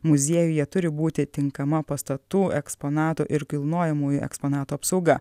muziejuje turi būti tinkama pastatų eksponatų ir kilnojamųjų eksponatų apsauga